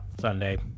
Sunday